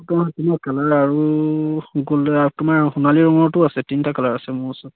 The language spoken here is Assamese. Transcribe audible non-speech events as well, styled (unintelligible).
(unintelligible) কালাৰ আৰু গ'ল্ডে তোমাৰ সোণালী ৰঙৰতো আছে তিনিটা কালাৰ আছে মোৰ ওচৰত